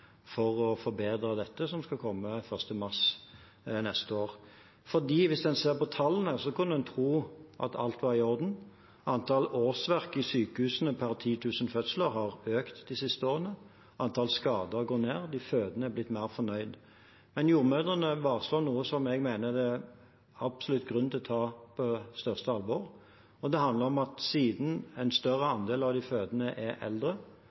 for å forbedre dette, med frist 1. mars neste år. Hvis man ser på tallene, kunne man tro at alt var i orden – antall årsverk i sykehusene per 10 000 fødsler har økt de siste årene, antall skader går ned, de fødende er blitt mer fornøyd. Men jordmødrene varsler om noe som jeg mener det absolutt er grunn til å ta på største alvor. Det handler om at siden en større andel av de fødende er eldre,